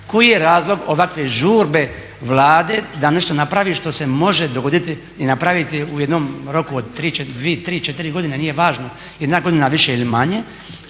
koji je razlog ovakve žurbe Vlade da nešto napravi što se može dogoditi i napraviti u jednom roku od 2, 3, 4 godine, nije važno, jedna godina više ili manje,